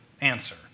answer